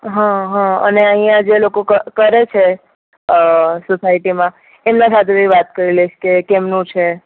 હં હં અને અહીંયા જે લોકો ક કરે છે સોસાયટીમાં એમના સાથે બી વાત કરી લઈશ કે કેમનું છે